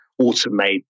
automate